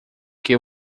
que